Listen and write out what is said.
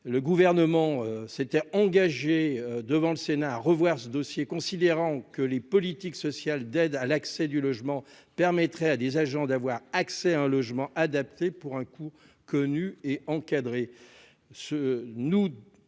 le gouvernement s'était engagé devant le Sénat à revoir ce dossier. Considérant que les politiques sociales d'aide à l'accès du logement permettrait à des agents d'avoir accès à un logement adapté pour un coût connu et encadrer